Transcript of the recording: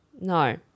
No